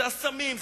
הסמים,